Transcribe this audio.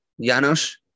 Janos